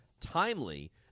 timely